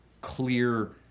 clear